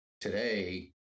today